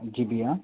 जी भईया